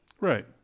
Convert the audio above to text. right